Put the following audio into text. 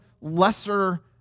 lesser